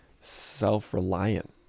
self-reliant